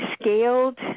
scaled